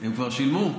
הם כבר שילמו?